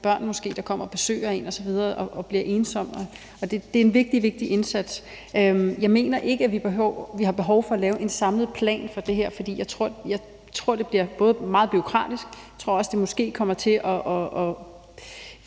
børn, der kommer og besøger en osv. – og bliver ensom. Det er en vigtig, vigtig indsats. Jeg mener ikke, at der er behov for at lave en samlet plan for det her, for jeg tror, at det bliver meget bureaukratisk. Jeg tror måske også, det kommer til at